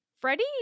Freddie